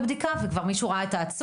בבדיקה ומישהו מטעמכם כבר ראה את העצור?